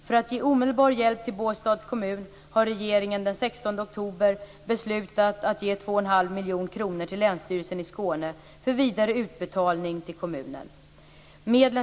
För att ge omedelbar hjälp till Båstads kommun har regeringen den 16 oktober beslutat att ge 2 1⁄2 miljoner kronor till Länsstyrelsen i Skåne län för vidare utbetalning till kommunen.